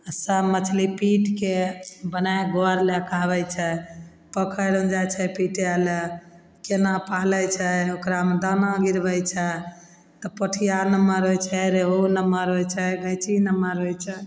सब मछली पीटके बनाय घर लएके आबय छै पोखरिमे जाय छै पीटय लए केना पालय छै ओकरामे दाना गिरबय छै तऽ पोठिया नमहर होइ छै रेहू नमहर होइ छै गैंची नमहर होइ छै